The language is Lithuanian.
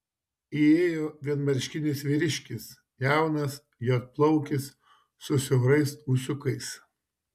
įėjo vienmarškinis vyriškis jaunas juodplaukis su siaurais ūsiukais